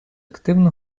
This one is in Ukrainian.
активну